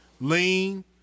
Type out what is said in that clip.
Lean